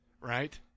Right